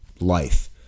life